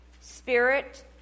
spirit